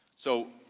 so,